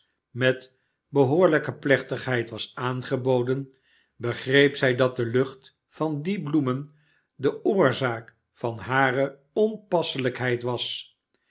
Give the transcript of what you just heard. met behoorlijke plechtigheid was aangeboden begreep zij dsx de lucht van die bloemen de oorzaak van hare onpasselijkheid was